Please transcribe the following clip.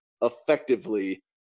effectively